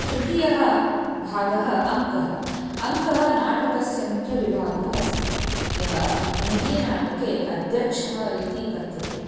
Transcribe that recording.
तृतीयः भागः अङ्कः अङ्कः नाटकस्य मुख्यविभागः अस्ति यः हिन्दीनाटके अध्यक्षः इति कथ्यते